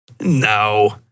No